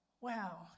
wow